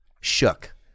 shook